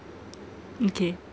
mm K